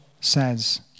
says